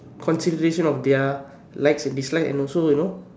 consideration of their likes and dislikes and also you know